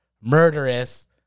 murderous